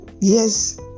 yes